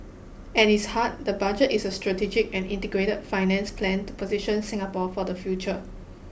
at its heart the budget is a strategic and integrated finance plan to position Singapore for the future